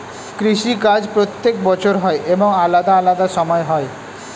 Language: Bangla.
কৃষি কাজ প্রত্যেক বছর হয় এবং আলাদা আলাদা সময় হয়